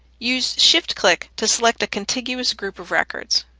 use shift-click to select a contiguous group of records.